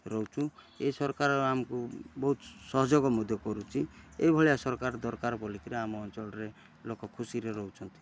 ରହୁଛୁ ଏ ସରକାର ଆମକୁ ବହୁତ ସହଯୋଗ ମଧ୍ୟ କରୁଛି ଏହି ଭଳିଆ ସରକାର ଦରକାର ବୋଲିକରି ଆମ ଅଞ୍ଚଳରେ ଲୋକ ଖୁସିରେ ରହୁଛନ୍ତି